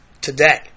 today